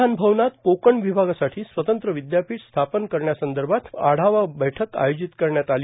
विधानभवनात कोकण विभागासाठी स्वतंत्र विद्यापीठ स्थापन करण्यासंदर्भात आढावा बैठक आयोजित करण्यात आली